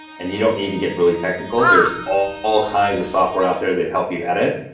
and you don't need to get really technical. there's all kinds of software out there that help you edit.